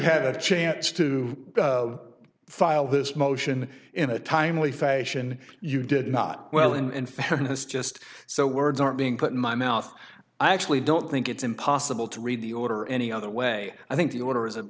had a chance to file this motion in a timely fashion you did not well and in fairness just so words aren't being put in my mouth i actually don't think it's impossible to read the order any other way i think the order is a